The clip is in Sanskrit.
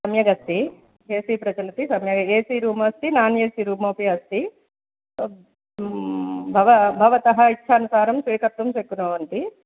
सम्यग् अस्ति ए सि प्रचलति सम्यग् ए सि रूम् अस्ति नान् ए सि रूम् अपि अस्ति भव भवतः इच्छानुसारं स्वीकर्तुं शक्नुवन्ति